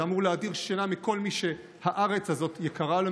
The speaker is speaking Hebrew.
זה אמור להדיר שינה מעיני כל מי שהארץ הזאת יקרה לו,